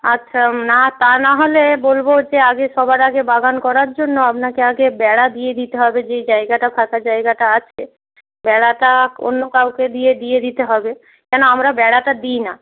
আচ্ছা না তা নাহলে বলব যে আগে সবার আগে বাগান করার জন্য আপনাকে আগে বেড়া দিয়ে দিতে হবে যেই জায়গাটা ফাঁকা জায়গাটা আছে বেড়াটা অন্য কাউকে দিয়ে দিয়ে দিতে হবে কেন আমরা বেড়াটা দিই না